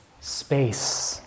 Space